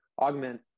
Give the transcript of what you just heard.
augment